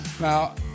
Now